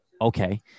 okay